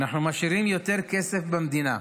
אנחנו משאירים יותר כסף במדינה.